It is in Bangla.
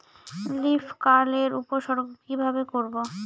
লিফ কার্ল এর উপসর্গ কিভাবে করব?